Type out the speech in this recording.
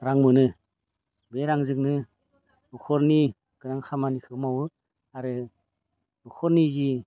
रां मोनो बे रांजोंनो न'खरनि गोनां खामानिखौ मावो आरो न'खरनि जि